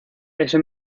ese